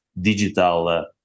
digital